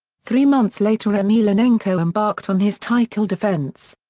three months later emelianenko embarked on his title defense.